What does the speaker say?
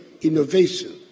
innovation